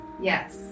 Yes